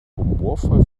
humorvoll